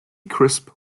crisp